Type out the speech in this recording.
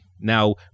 Now